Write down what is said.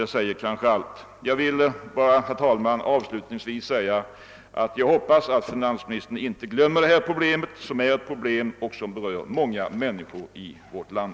Det säger kanske allt. Jag vill, herr talman, avslutningsvis uttala min förhoppning att finansmi nistern inte glömmer detta problem, som berör många människor i vårt land.